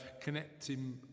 connecting